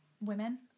women